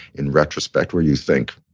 in retrospect where you think,